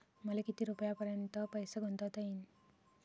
मले किती रुपयापर्यंत पैसा गुंतवता येईन?